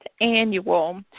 annual